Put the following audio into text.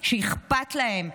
שאכפת להם,